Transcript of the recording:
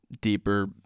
Deeper